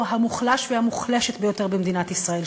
המוחלש והמוחלשת ביותר במדינת ישראל,